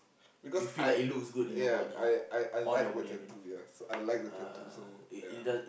because I ya I I I like the tattoo ya I like the tattoo so ya